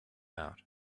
out